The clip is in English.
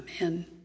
Amen